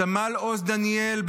סמל עוז דניאל,